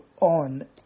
on